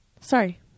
Sorry